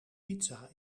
pizza